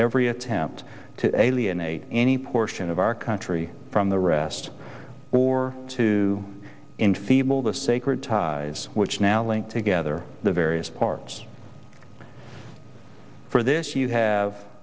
every attempt to alienate any portion of our country from the rest or to in feeble the sacred ties which now link together the various parts for this you have